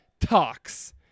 talks